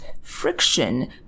friction